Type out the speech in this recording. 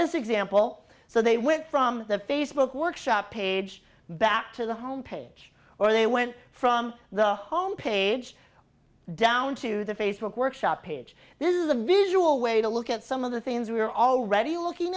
this example so they went from the facebook workshop page back to the home page or they went from the home page down to the facebook workshop page this is a visual way to look at some of the things we're already looking